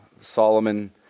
Solomon